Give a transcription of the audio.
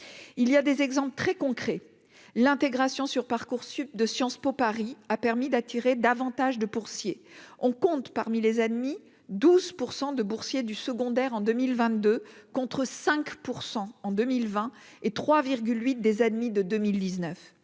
il y a des exemples très concrets, l'intégration sur Parcoursup de Sciences Po Paris a permis d'attirer davantage de pour scier on compte parmi les ennemis 12 pour 100 de boursiers du secondaire en 2022 contre 5 % en 2020 et 3 8 des ennemis de 2019